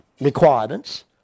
requirements